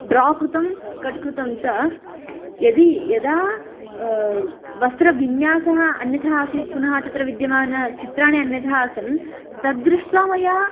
draw कृतं cut कृतं च यदि यदा वस्त्रविन्यासः अन्यथा आसीत् पुनः तत्र विद्यमानचित्राणि अन्यथा आसन् तद्दृष्ट्वा मया